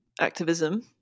activism